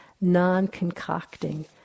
non-concocting